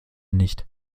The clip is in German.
nicht